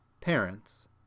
Parents